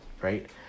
right